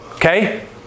Okay